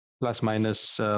plus-minus